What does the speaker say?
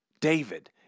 david